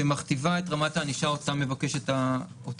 שמכתיבה את רמת הענישה שאותה מבקשת הפרקליטות.